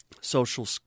social